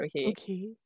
Okay